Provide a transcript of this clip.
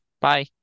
bye